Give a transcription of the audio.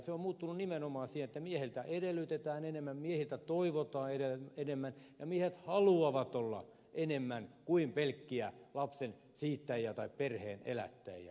se on muuttunut nimenomaan siinä että miehiltä edellytetään enemmän miehiltä toivotaan enemmän ja miehet haluavat olla enemmän kuin pelkkiä lapsen siittäjiä tai perheen elättäjiä